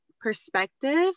perspective